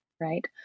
right